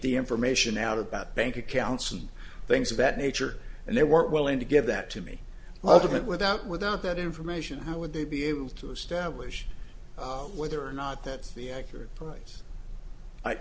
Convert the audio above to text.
the information out about bank accounts and things of that nature and they weren't willing to give that to me welcome and without without that information how would they be able to establish whether or not that's the accurate price i